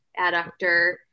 adductor